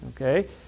okay